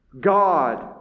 God